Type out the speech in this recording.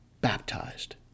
baptized